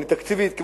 תוכנית תקציבית,